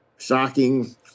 Shocking